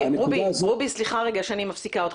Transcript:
רובי סליחה רגע שאני מפסיקה אותך.